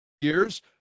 years